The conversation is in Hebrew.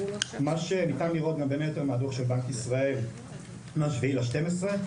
ניתן לראות גם מהדוח של בנק ישראל מה-7 בדצמבר,